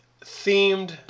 themed